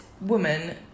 woman